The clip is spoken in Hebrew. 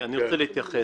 אני יכול לענות לה?